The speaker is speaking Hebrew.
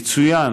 יצוין